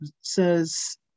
says